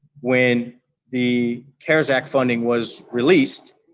when the cares act funding was released,